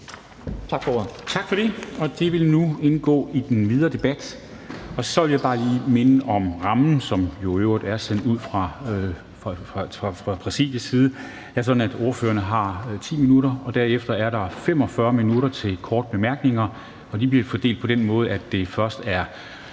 Tak for det. Det vil nu indgå i den videre debat. Så vil jeg bare lige minde om rammen, som jo i øvrigt er sendt ud fra Præsidiets side. Det er sådan, at ordførerne har 10 minutter, og derefter er der 45 minutter til korte bemærkninger. De bliver fordelt på den måde, at det først er